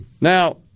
Now